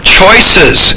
choices